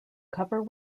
cover